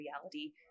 reality